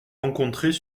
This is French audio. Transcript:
rencontrés